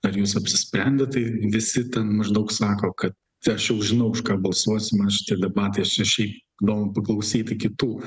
ar jūs apsisprendėt tai visi ten maždaug sako kad tai aš jau žinau už ką balsuosiu man šitie debatai aš čia šiaip įdomu paklausyti kitų